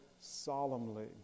solemnly